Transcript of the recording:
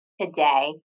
today